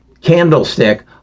candlestick